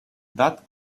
that